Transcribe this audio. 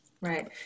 right